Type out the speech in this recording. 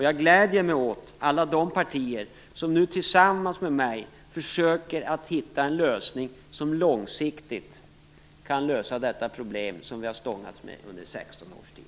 Jag gläder mig åt alla de partier som tillsammans med mig försöker hitta en långsiktig lösning för det problem som vi stångats med under 16 års tid.